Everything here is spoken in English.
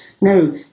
No